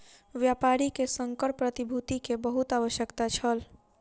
व्यापारी के संकर प्रतिभूति के बहुत आवश्यकता छल